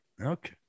Okay